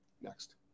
Next